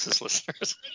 listeners